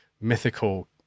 mythical